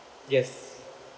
yes